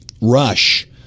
rush